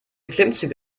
klimmzüge